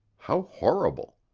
how horrible!